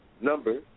number